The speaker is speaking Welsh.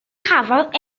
chafodd